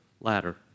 ladder